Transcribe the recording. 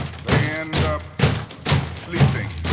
they end up sleeping